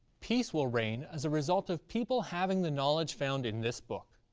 peace will reign as a result of people having the knowledge found in this book.